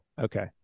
okay